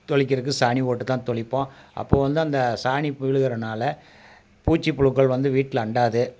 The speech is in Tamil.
தளிக்கிறதுக்கு சாணி போட்டு தான் தெளிப்போம் அப்போது வந்து அந்த சாணி விழுகுறதனால பூச்சிப்புழுக்கள் வந்து வீட்டில அண்டாது